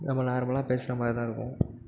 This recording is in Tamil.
நம்ம நார்மலாக பேஸ்ற மாரிதான் இருக்கும்